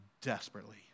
desperately